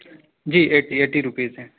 جی eight eighty rupees ہیں